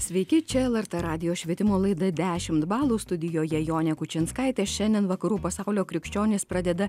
sveiki čia lrt radijo švietimo laida dešimt balų studijoje jonė kučinskaitė šiandien vakarų pasaulio krikščionys pradeda